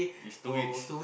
is two weeks